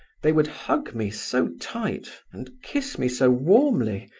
they would hug me so tight and kiss me so warmly,